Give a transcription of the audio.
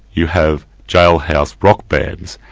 you have jailhouse rock bands,